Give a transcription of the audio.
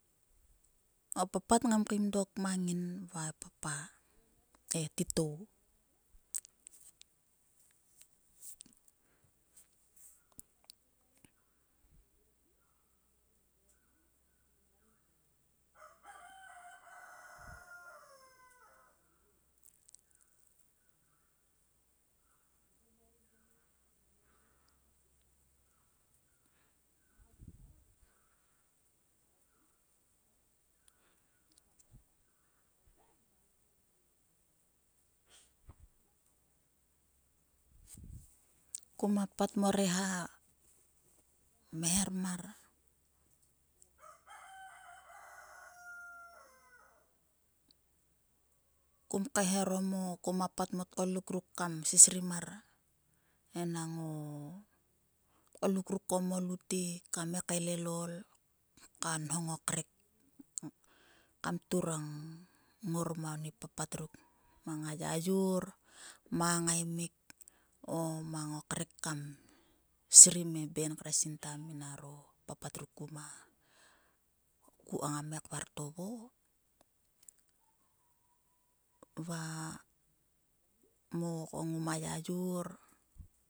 O papat ngam kaim dok mang ngin va e papa e titou. kuma pat mo reha kmeher mar kum kaehaerom o kuma pat mang o tgoluk ruk kam sisrim ma enang o tgoluk ruk ko mo lutek kam ngae kaelelol ka nhong o krek. Kam turang ngor mang oni papat ruk mang o yayor. mang a ngamik o mang o krek kam srim e ben kre sinta minaro papat ruk ku ka ko ngama ngai kvartovo va mo ko ngoma yayor